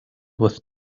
with